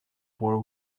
war